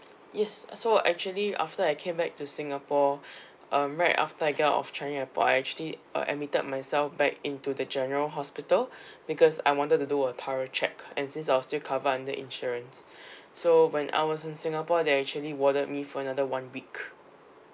yes so actually after I came back to singapore um right after I get out of changi airport I actually uh admitted myself back into the general hospital because I wanted to do a thorough check and since I was still covered under insurance so when I was in singapore they actually warded me for another one week